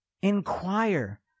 inquire